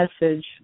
message